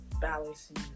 balancing